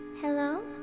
Hello